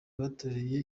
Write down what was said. bateruye